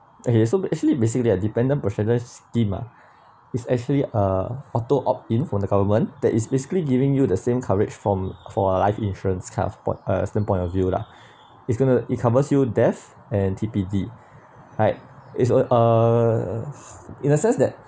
okay so actually basically the dependent protection scheme ah is actually uh auto opt-in for the government that is basically giving you the same coverage from for a life insurance kind of po~ a certain point of view lah it's going to it covers you death and T_P_D right it's all uh in a sense that